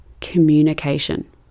communication